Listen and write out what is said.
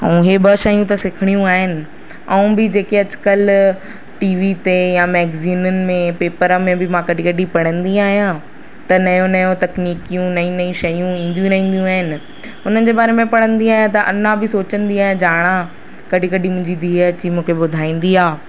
ऐं हे ॿ शयूं त सिखणियूं आहिनि ऐं ॿी जेके अॼकल्ह टी वी ते या मैगज़ीननि में पेपर में बी मां कॾहिं कॾहिं पढ़ंदी आहियां त नयो नयो तकनीकियूं नई नई शयूं ईंदियूं रहींदियूं आहिनि उन्हनि जे बारे में पढ़ंदी आहियां त अञा बि सोचंदी आहियां जाणा कॾहिं कॾहिं मुंहिंजी धीअं अची मूंखे ॿुधाईंदी आहे